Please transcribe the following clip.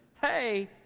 Hey